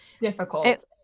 Difficult